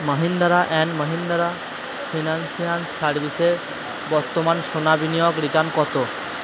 Mahindra and Mahindra financial সার্ভিসের বর্তমান সোনা বিনিয়োগ রিটার্ন কতো